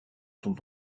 dont